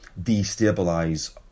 destabilize